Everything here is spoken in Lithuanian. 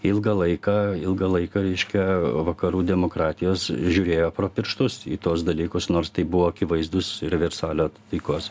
ilgą laiką ilgą laiką reiškia vakarų demokratijos žiūrėjo pro pirštus į tuos dalykus nors tai buvo akivaizdūs ir versalio taikos